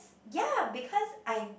ya because I